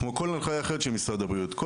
כמו כל הנחיה אחרת של משרד הבריאות כל